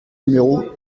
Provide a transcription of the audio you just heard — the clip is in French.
numéro